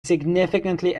significantly